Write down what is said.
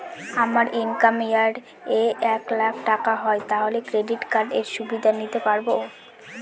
আমার income year এ এক লাক টাকা হয় তাহলে ক্রেডিট কার্ড এর সুবিধা নিতে পারবো?